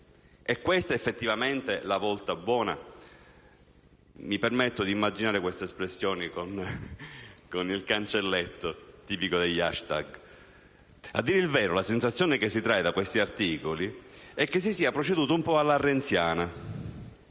cambia verso? È la volta buona? Mi permetto di immaginare queste espressioni precedute dal cancelletto tipico degli *hashtag.* A dire il vero, la sensazione che si trae da questi articoli è che si sia proceduto un po' "alla renziana",